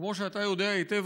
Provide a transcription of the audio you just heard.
כמו שאתה יודע היטב,